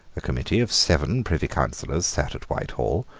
a committee of seven privy councillors sate at whitehall,